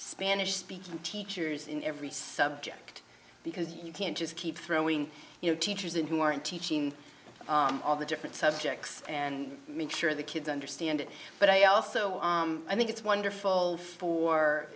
spanish speaking teachers in every subject because you can't just keep throwing you know teachers and who aren't teaching all the different subjects and make sure the kids understand it but i also think it's wonderful